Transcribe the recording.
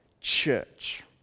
church